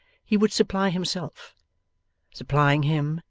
he would supply himself supplying him,